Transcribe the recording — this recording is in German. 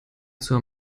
zur